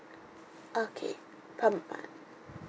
okay per month